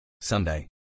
Sunday